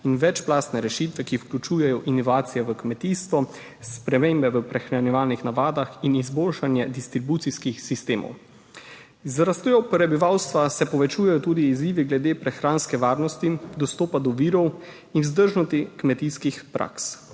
in večplastne rešitve, ki vključujejo inovacije v kmetijstvu, spremembe v prehranjevalnih navadah in izboljšanje distribucijskih sistemov. Z rastjo prebivalstva se povečujejo tudi izzivi glede prehranske varnosti, dostopa do virov in vzdržnosti kmetijskih praks.